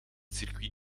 circuit